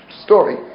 story